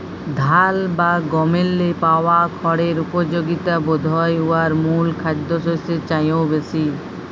ধাল বা গমেল্লে পাওয়া খড়ের উপযগিতা বধহয় উয়ার মূল খাদ্যশস্যের চাঁয়েও বেশি